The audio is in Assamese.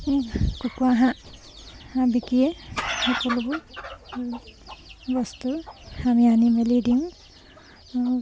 কুকুৰা হাঁহ বিকিয়ে সকলোবোৰ বস্তু আমি আনি মেলি দিওঁ